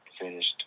finished